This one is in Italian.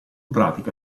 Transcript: pratica